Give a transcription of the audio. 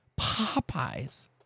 Popeyes